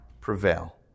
prevail